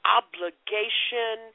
obligation